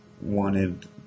wanted